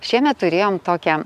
šiemet turėjom tokią